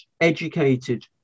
educated